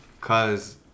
Cause